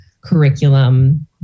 curriculum